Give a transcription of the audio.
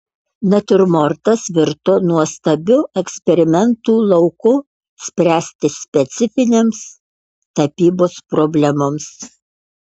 natiurmortas virto nuostabiu eksperimentų lauku spręsti specifinėms tapybos problemoms